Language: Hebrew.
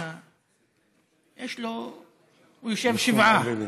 יש לו, הוא יושב שבעה.